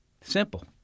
Simple